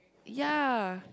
ya